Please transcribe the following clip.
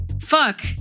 Fuck